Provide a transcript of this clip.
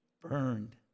burned